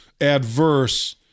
adverse